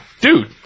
dude